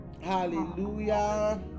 Hallelujah